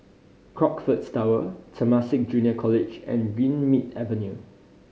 Crockfords Tower Temasek Junior College and Greenmead Avenue